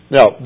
Now